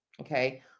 Okay